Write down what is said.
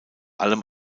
allem